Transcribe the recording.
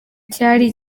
cyari